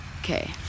Okay